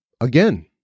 again